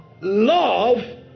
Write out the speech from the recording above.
love